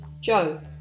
Joe